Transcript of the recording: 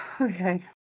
Okay